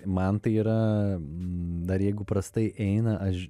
man tai yra dar jeigu prastai eina aš